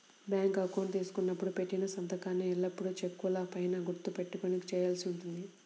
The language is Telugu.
బ్యాంకు అకౌంటు తీసుకున్నప్పుడు పెట్టిన సంతకాన్నే ఎల్లప్పుడూ చెక్కుల పైన గుర్తు పెట్టుకొని చేయాల్సి ఉంటుంది